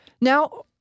Now